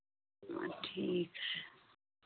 ठीक है